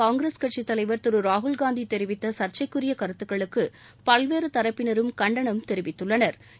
காங்கிரஸ் கட்சித் தலைவா் திரு ராகுல்காந்தி தெரிவித்த சா்ச்சைக்குரிய கருத்துக்களுக்கு பல்வேறு தரப்பினரும் கண்டனம் தெரிவித்துள்ளனா்